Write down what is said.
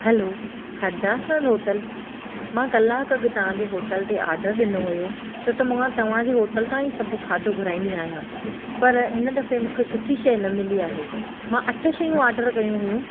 हलो Hardas hotel मां कलाकु अॻु तव्हां जे होटल ते ऑडर ॾिनो हुयो छो त मां तव्हां जे होटल तां ई सभु खाधो घुराईंदी आहियां पर हिन दफ़े मूंखे सुठी शइ न मिली आहे मां अठ शयूं ऑडर कयूं हुइयूं